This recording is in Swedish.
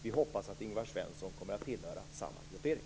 Vi hoppas att Ingvar Svensson kommer att tillhöra samma gruppering.